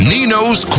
Nino's